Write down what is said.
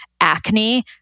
acne